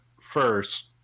first